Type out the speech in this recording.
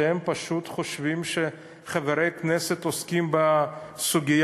שהם פשוט חושבים שחברי הכנסת עוסקים בסוגיה